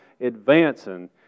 advancing